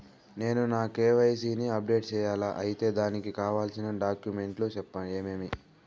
నేను నా కె.వై.సి ని అప్డేట్ సేయాలా? అయితే దానికి కావాల్సిన డాక్యుమెంట్లు ఏమేమీ?